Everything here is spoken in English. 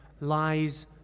lies